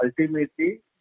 ultimately